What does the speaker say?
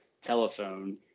telephone